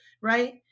right